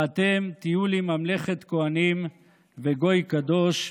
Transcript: "ואתם תהיו לי ממלכת כהנים וגוי קדוש",